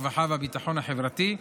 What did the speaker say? הרווחה והביטחון החברתי,